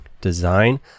design